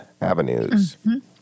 Avenues